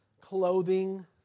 clothing